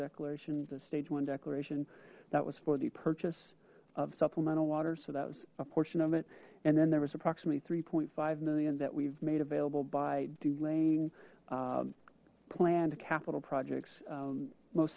declaration the stage one declaration that was for the purchase of supplemental water so that was a portion of it and then there was approximately three five million that we've made available by delaying planned capital projects most